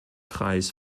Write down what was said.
kreis